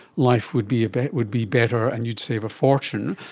life would be but would be better and you'd save a fortune,